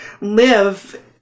live